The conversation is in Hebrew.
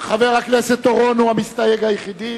חבר הכנסת אורון הוא המסתייג היחיד,